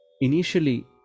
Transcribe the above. initially